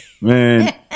man